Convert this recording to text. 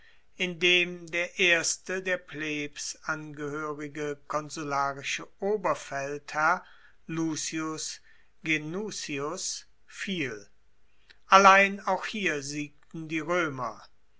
der erste der plebs angehoerige konsularische oberfeldherr lucius genucius fiel allein auch hier siegten die roemer